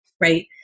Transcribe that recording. Right